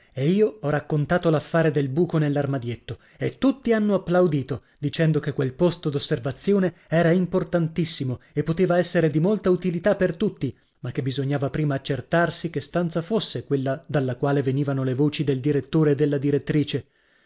e io ho raccontato l'affare del buco nell'armadietto e tutti hanno applaudito dicendo che quel posto d'osservazione era importantissimo e poteva essere di molta utilità per tutti ma che bisognava prima accertarsi che stanza fosse quella dalla quale venivano le voci del direttore e della direttrice